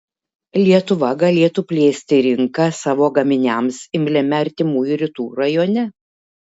lietuva galėtų plėsti rinką savo gaminiams imliame artimųjų rytų rajone